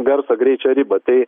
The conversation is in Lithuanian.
garso greičio ribą tai